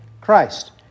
Christ